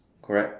correct